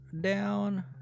down